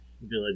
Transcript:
village